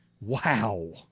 Wow